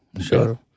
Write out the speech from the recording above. sure